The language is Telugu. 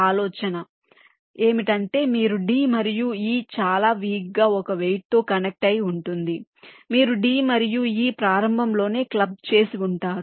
ఆలోచన ఏమిటంటే మీరు d మరియు e చాలా వీక్ గా ఒక వెయిట్ తో కనెక్ట్ అయి ఉంటుంది మీరు d మరియు e ప్రారంభంలోనే క్లబ్ చేసి ఉంటారు